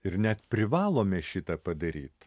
ir net privalome šitą padaryt